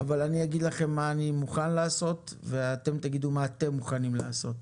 אבל אני אומר לכם מה אני מוכן לעשות ואתם תגידו מה אתם מוכנים לעשות.